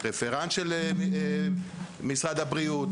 רפרנט משרד הבריאות,